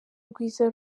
rwiza